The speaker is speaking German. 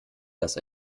dass